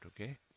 okay